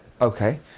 Okay